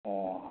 ꯑꯣ